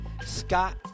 Scott